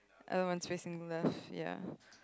everyone's facing the left ya